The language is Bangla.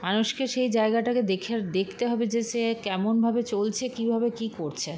মানুষকে সেই জায়গাটাকে দেখের দেখতে হবে যে সে কেমনভাবে চলছে কীভাবে কী করছে